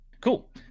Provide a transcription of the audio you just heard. Cool